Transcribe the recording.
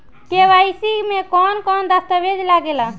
KYC में कवन कवन दस्तावेज लागे ला?